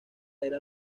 era